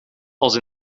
als